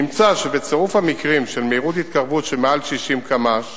נמצא שבצירוף המקרים של מהירות התקרבות שמעל 60 קמ"ש